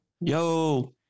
Yo